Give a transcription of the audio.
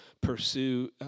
pursue